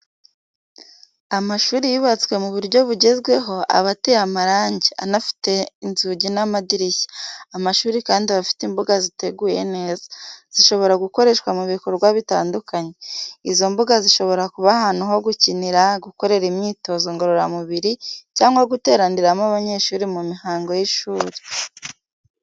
Amashuri yubatswe mu buryo bugezweho aba ateye amarange anafite inzugi n'amadirishya, amashuri kandi aba afite imbuga ziteguye neza, zishobora gukoreshwa mu bikorwa bitandukanye. Izo mbuga zishobora kuba ahantu ho gukinira, gukorera imyitozo ngororamubiri cyangwa guteraniramo abanyeshuri mu mihango y'ishuri.